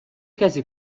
کسی